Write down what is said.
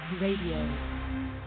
Radio